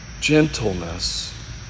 gentleness